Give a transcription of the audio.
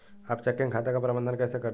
आप चेकिंग खाते का प्रबंधन कैसे करते हैं?